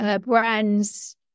Brands